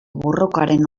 borrokaren